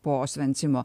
po osvencimo